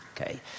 okay